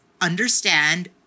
understand